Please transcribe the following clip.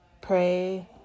Pray